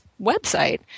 website